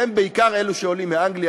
שהם בעיקר אלו שעולים מאנגליה,